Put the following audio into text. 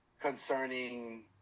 concerning